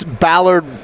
Ballard